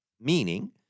Meaning